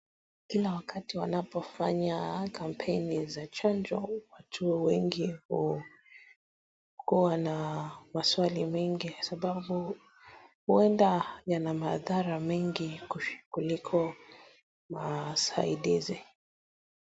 Kila wakati wanapofanya kampeni za chanjo, watu wengi hukua na maswali mengi sababu, huenda yana madhara mengi kuliko masaidizi.